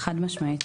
חד משמעית.